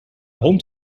hond